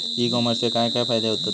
E कॉमर्सचे काय काय फायदे होतत?